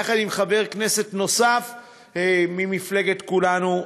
יחד עם חבר כנסת נוסף ממפלגת כולנו,